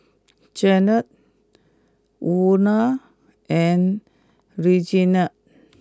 Janae Luna and Reginald